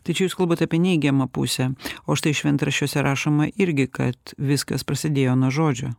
tai čia jūs kalbat apie neigiamą pusę o štai šventraščiuose rašoma irgi kad viskas prasidėjo nuo žodžio